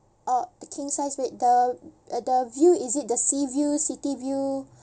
orh king size bed the the view is it the sea view city view